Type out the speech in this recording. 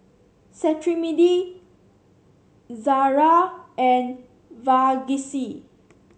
Cetrimide Ezerra and Vagisil